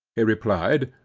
replied,